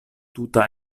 tuta